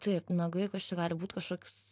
taip nagai kas čia gali būt kažkoks